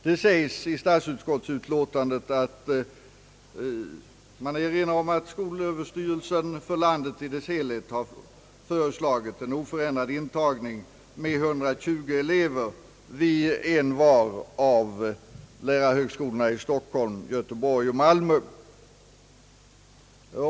Man erinrar i statsutskottets utlåtande om att skolöverstyrelsen för landet i dess helhet föreslagit en oförändrad intagning med 120 elever vid envar av lärarhögskolorna i Stockholm, Göteborg och Malmö.